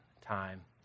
time